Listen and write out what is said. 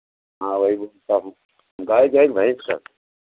हाँ वही बोलता हूँ गाय के है कि भैंस का